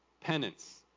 penance